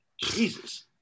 Jesus